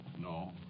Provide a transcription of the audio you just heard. No